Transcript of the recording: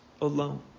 alone